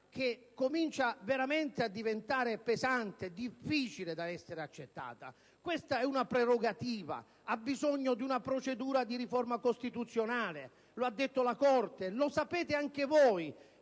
che comincia a diventare veramente pesante e difficile da accettare. Questa è una prerogativa, ha bisogno di una procedura di riforma costituzionale: lo ha detto la Corte; lo sapete anche voi.